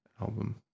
album